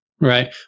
Right